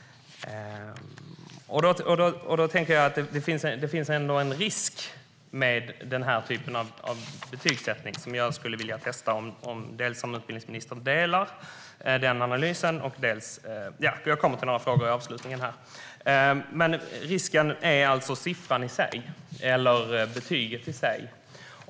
Då tänker jag att det finns en risk med den typen av betygsättning. Jag skulle vilja testa om utbildningsministern delar den analysen, och jag kommer sedan till några frågor i avslutningen. Risken är alltså siffran, eller betyget, i sig.